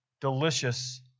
delicious